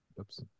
Oops